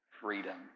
freedom